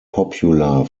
popular